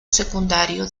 secundario